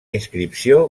inscripció